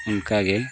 ᱚᱱᱠᱟ ᱜᱮ